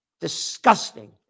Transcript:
Disgusting